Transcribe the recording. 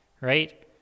right